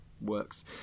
works